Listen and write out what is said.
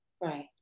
Right